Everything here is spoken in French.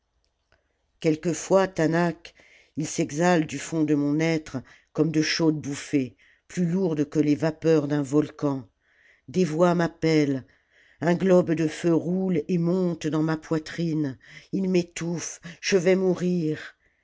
quelquefois taanach il s'exhale du fond de mon être comme de chaudes bouffées plus lourdes que les vapeurs d'un volcan des voix m'appellent un globe de feu roule et monte dans ma poitrine il m'étouffe je vais mourir